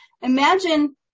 Imagine